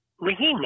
Raheem